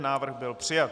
Návrh byl přijat.